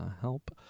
help